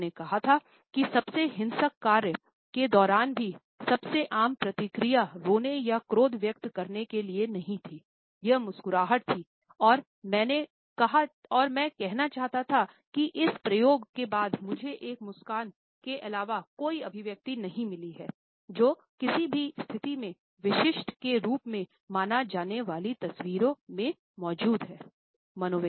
उन्होंने कहा था कि सबसे हिंसक कार्य के दौरान भी सबसे आम प्रतिक्रिया रोना या क्रोध व्यक्त करने के लिए नहीं थी यह मुस्कुराहट थी और मैं कहना चाहता था की इस प्रयोग के बाद मुझे एक मुस्कान के अलावा कोई अभिव्यक्ति नहीं मिली हैजो किसी भी स्थिति के विशिष्ट के रूप में माना जाने वाली तस्वीरों में मौजूद हैं "